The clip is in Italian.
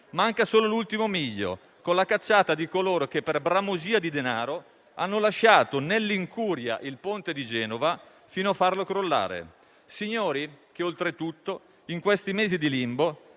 Manca solo l'ultimo miglio, con la cacciata di coloro che, per bramosia di denaro, hanno lasciato nell'incuria il ponte di Genova fino a farlo crollare, signori che oltretutto, in questi mesi di limbo,